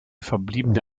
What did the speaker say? verbliebene